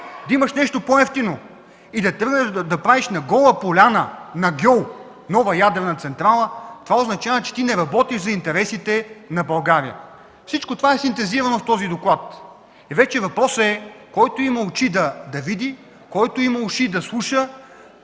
да тръгнеш да правиш на гола поляна, на гьол нова ядрена централа, това означава, че не работиш за интересите на България. Всичко това е синтезирано в този доклад. Въпросът е който има очи, да види, който има уши, да слуша,